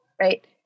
Right